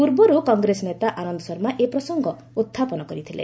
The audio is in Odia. ପୂର୍ବରୁ କଂଗ୍ରେସ ନେତା ଆନନ୍ଦ ଶର୍ମା ଏ ପ୍ରସଙ୍ଗ ଉତ୍ଥାପନ କରିଥିଲେ